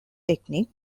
technique